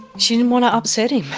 she didn't want to upset him.